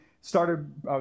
started